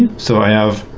so i have